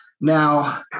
now